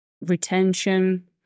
Retention